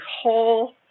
whole